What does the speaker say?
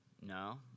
no